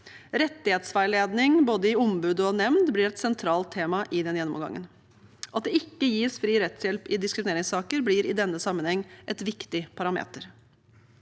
Rettighetsveiledning, både i ombud og nemnd, blir et sentralt tema i denne gjennomgangen. At det ikke gis fri rettshjelp i diskrimineringssaker, blir i denne sammenheng et viktig parameter.